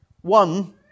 One